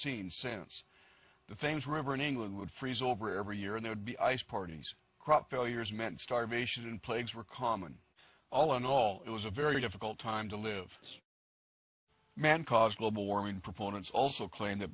seen since the famous river in england would freeze over every year and there'd be ice parties crop failures meant starvation and plagues were common all in all it was a very difficult time to live man caused global warming proponents also claim that